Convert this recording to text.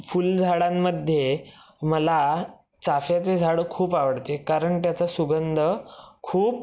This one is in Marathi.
फुलझाडांमध्ये मला चाफ्याचे झाड खूप आवडते कारण त्याचा सुगंध खूप